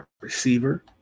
receiver